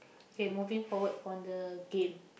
okay moving forward from the game